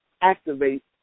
activate